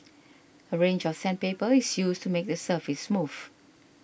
a range of sandpaper is used to make the surface smooth